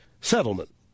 settlement